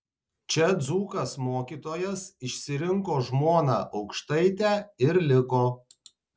čia dzūkas mokytojas išsirinko žmoną aukštaitę ir liko